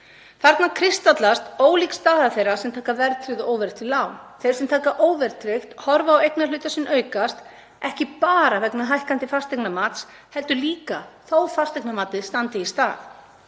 Þarna kristallast ólík staða þeirra sem taka verðtryggð og óverðtryggð lán. Þeir sem taka óverðtryggt lán horfa á eignarhlutinn sinn aukast, ekki bara vegna hækkandi fasteignamats heldur líka þó fasteignamatið standi í stað.